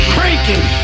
Cranking